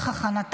בעד,